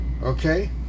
okay